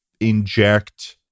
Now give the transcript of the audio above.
inject